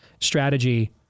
strategy